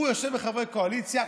הוא יושב עם חברי קואליציה,